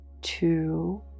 Two